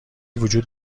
وجود